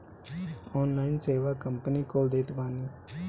online सेवा company कुल देत बानी